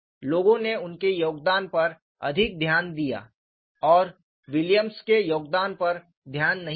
लोगों ने उनके योगदान पर अधिक ध्यान दिया और विलियम्स के योगदान पर ध्यान नहीं दिया गया